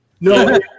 No